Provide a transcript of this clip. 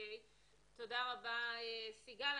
תודה רבה, סיגל.